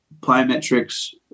plyometrics